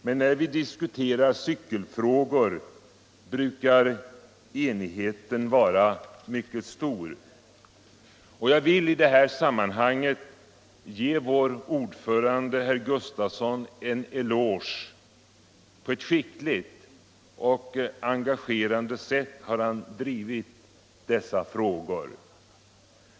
men när vi diskuterar cykelfrågor brukar enigheten vara mycket stor. Och jag vill i det här sammanhanget ge vår ordförande, herr Gustafson, en cloge. På ett skickligt och engagerande sätt har han drivit dessa frågor.